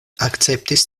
akceptis